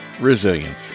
resilience